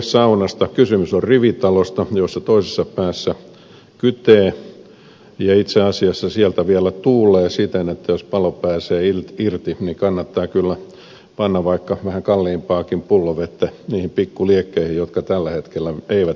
kysymys on rivitalosta jossa toisessa päässä kytee ja itse asiassa sieltä vielä tuulee siten että jos palo pääsee irti niin kannattaa kyllä panna vaikka vähän kalliimpaakin pullovettä niihin pikku liekkeihin jotka tällä hetkellä eivät vielä roihua